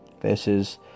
versus